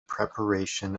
preparation